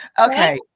okay